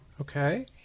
okay